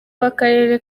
w’akarere